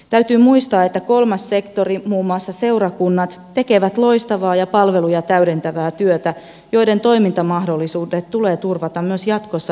täytyy muistaa että kolmas sektori muun muassa seurakunnat tekee loistavaa ja palveluja täydentävää työtä ja sen toimintamahdollisuudet tulee turvata myös jatkossa uudessa sote laissa